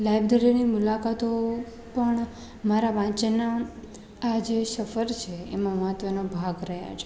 લાઇબ્રેરીની મુલાકાતોનો પણ મારા વાંચનની આ જે સફર છે એમાં મહત્વનો ભાગ રહ્યો છે